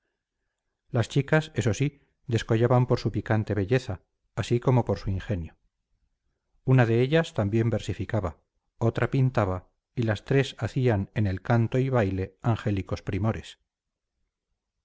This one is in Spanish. las chicas eso sí descollaban por su picante belleza así como por su ingenio una de ellas también versificaba otra pintaba y las tres hacían en el canto y baile angélicos primores